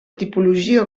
tipologia